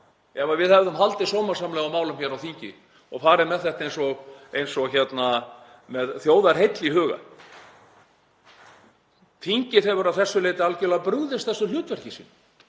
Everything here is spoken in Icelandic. ef við hefðum haldið sómasamlega á málum hér á þingi og farið með það með þjóðarheill í huga? Þingið hefur að þessu leyti algerlega brugðist því hlutverki sínu